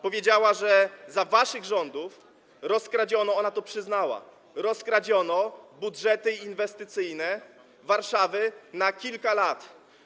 Powiedziała, że za waszych rządów, ona to przyznała, rozkradziono budżety inwestycyjne Warszawy na kilka lat.